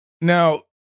now